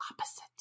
opposite